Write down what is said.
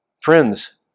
friends